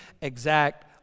exact